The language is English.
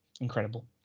Incredible